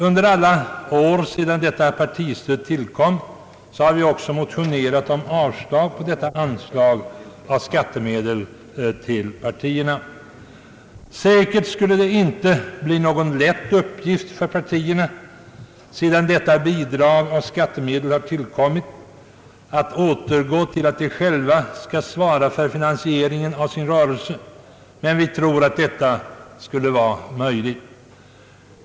Under alla år sedan detta partistöd tillkom har vi också motionerat om avslag på anslag av skattemedel till partierna. Säkert skulle det inte bli någon lätt uppgift för partierna att, sedan detta bidrag av skattemedel har införts, återgå till att själva svara för finansieringen av sin verksamhet, men vi tror att detta skulle vara möjligt.